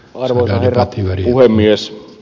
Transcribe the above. arvoisa herra puhemies